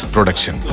Production